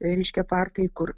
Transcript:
reiškia parkai kur